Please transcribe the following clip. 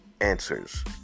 answers